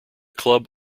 club